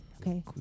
Okay